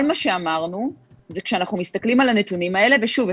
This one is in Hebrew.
כל מה שאמרנו: כשאנחנו מסתכלים על הנתונים האלה שוב,